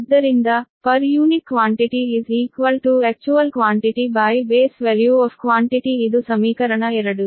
ಆದ್ದರಿಂದ per unit quantity actual quantitybase value of quanity ಇದು ಸಮೀಕರಣ 2